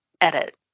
edit